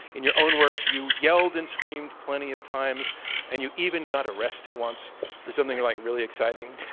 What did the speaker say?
in your own words, you yelled and screamed plenty of times and you even got arrested once for something like really exciting.